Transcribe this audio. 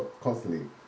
constantly